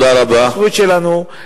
את ההתחשבות שלנו,